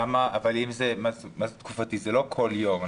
זה לא כל יום.